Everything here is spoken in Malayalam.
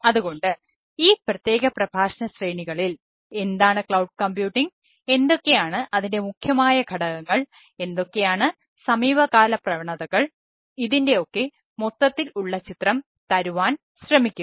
അതുകൊണ്ട് ഈ പ്രത്യേക പ്രഭാഷണ ശ്രേണികളിൽ എന്താണ് ക്ലൌഡ് കമ്പ്യൂട്ടിംഗ് എന്തൊക്കെയാണ് അതിൻറെ മുഖ്യമായ ഘടകങ്ങൾ എന്തൊക്കെയാണു സമീപകാല പ്രവണതകൾ ഇതിന്റെ ഒക്കെ മൊത്തത്തിൽ ഉള്ള ചിത്രം തരുവാൻ നമ്മൾ ശ്രമിക്കും